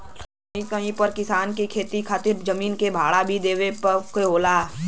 कहीं कहीं पर किसान के खेती खातिर जमीन क भाड़ा भी देवे के होला